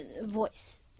voice